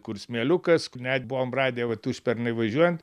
kur smėliukas net buvom radę vat užpernai važiuojant